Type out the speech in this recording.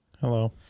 Hello